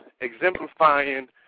Exemplifying